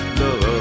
love